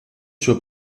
suo